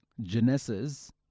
Genesis